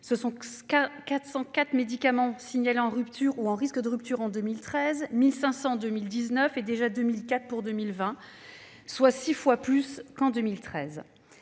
Ce sont 404 médicaments signalés en rupture ou en risque de rupture en 2013, puis 1 500 en 2019 et déjà 2 400 pour 2020, soit six fois plus qu'en 2013.